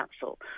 council